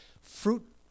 Fruit